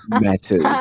matters